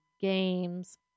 games